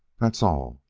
that's all.